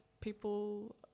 people